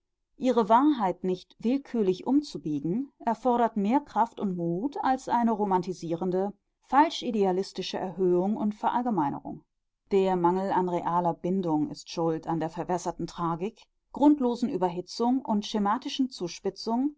ihre wahrheit nicht willkürlich umzubiegen erfordert mehr kraft und mut als eine romantisierende falschidealistische erhöhung und verallgemeinerung der mangel an realer bindung ist schuld an der verwässerten tragik grundlosen überhitzung und schematischen zuspitzung